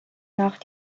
nach